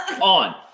on